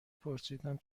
پرسیدم